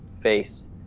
face